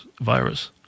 virus